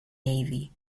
navy